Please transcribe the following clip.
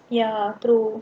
ya true